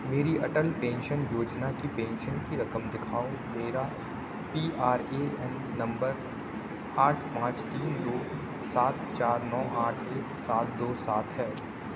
میری اٹل پینشن یوجنا کی پینشن کی رقم دکھاؤ میرا P R A N number آٹھ پانچ تین دو سات چار نو آٹھ ایک سات دو سات ہے